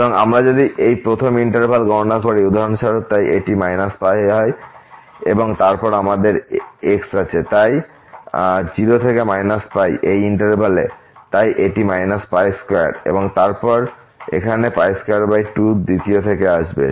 সুতরাং আমরা যদি এই প্রথম ইন্টিগ্র্যাল গণনা করি উদাহরণস্বরূপ তাই এটি π হয় এবং তারপর আমাদের x আছে তাই 0 π তাই এটি 2 হয় এবং তারপর এখানে 22 দ্বিতীয় থেকে আসবে